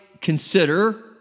consider